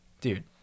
dude